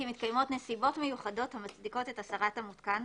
מתקיימות נסיבות מיוחדות המצדיקות את הסרת המותקן,